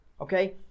Okay